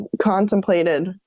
contemplated